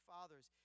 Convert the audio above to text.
Fathers